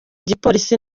igipolisi